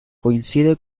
coincide